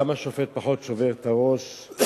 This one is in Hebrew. גם השופט פחות שובר את הראש,